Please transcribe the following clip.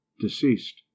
deceased